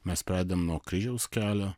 mes pradedam nuo kryžiaus kelio